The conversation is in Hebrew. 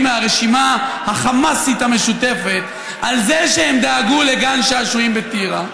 מהרשימה החמאסית המשותפת על זה שהם דאגו לגן שעשועים בטירה?